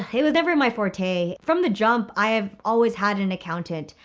it was never my forte. from the jump i have always had an accountant.